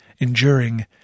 enduring